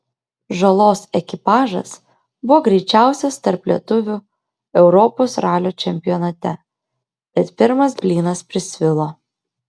žalos ekipažas buvo greičiausias tarp lietuvių europos ralio čempionate bet pirmas blynas prisvilo